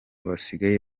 basigaye